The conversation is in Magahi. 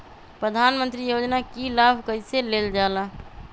प्रधानमंत्री योजना कि लाभ कइसे लेलजाला?